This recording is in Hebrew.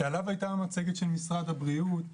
שעליו הייתה המצגת של משרד הבריאות,